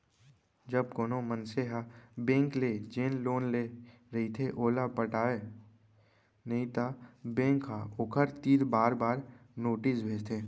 जब कोनो मनसे ह बेंक ले जेन लोन ले रहिथे ओला पटावय नइ त बेंक ह ओखर तीर बार बार नोटिस भेजथे